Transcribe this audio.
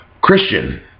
Christian